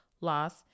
loss